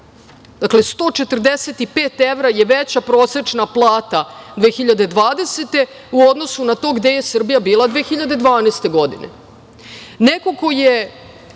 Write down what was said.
Dakle, 145 evra je veća prosečna plata 2020. godine u odnosu na to gde je Srbija bila 2012. godine. Tim „Geoksom“ se